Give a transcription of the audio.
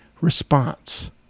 response